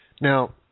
Now